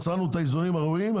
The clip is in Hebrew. מצאנו את האיזונים הראויים,